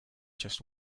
just